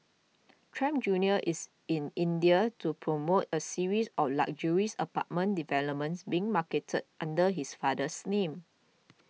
Trump Junior is in India to promote a series of luxuries apartment developments being marketed under his father's name